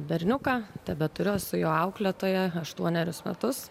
berniuką tebeturiu esu jo auklėtoja aštuonerius metus